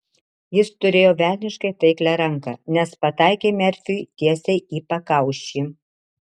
jis turėjo velniškai taiklią ranką nes pataikė merfiui tiesiai į pakaušį